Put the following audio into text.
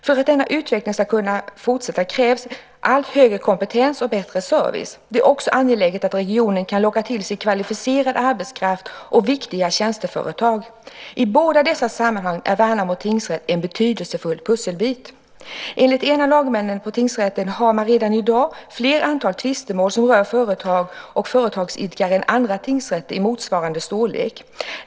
För att denna utveckling skall fortsätta krävs allt högre kompetens och bättre service. Det är också angeläget att regionen kan locka till sig kvalificerad arbetskraft och viktiga tjänsteföretag. I båda dessa sammanhang är Värnamo Tingsrätt en betydelsefull pusselbit. Enligt en av lagmännen på tingsrätten har man redan idag fler antal tvistemål som rör företag och företagsidkare än andra tingsrätter i motsvarande storlek.